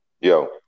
Yo